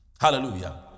Hallelujah